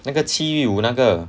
那个戚玉武那个